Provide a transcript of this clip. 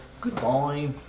Goodbye